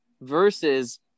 versus